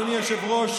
אדוני היושב-ראש,